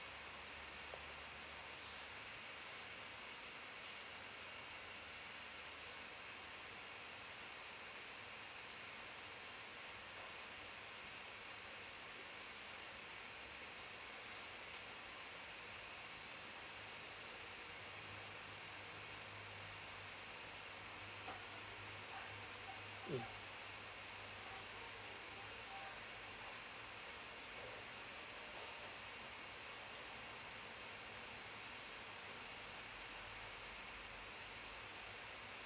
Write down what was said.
mm